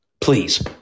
Please